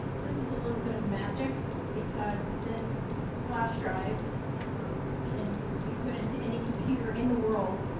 this is a little bit of magic because this flash drive um can be put into any computer in the world.